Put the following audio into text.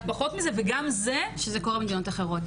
פחות מזה --- שזה קורה במדינות אחרות,